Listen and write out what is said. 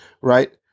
right